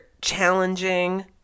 challenging